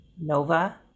Nova